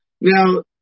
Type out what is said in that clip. Now